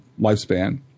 lifespan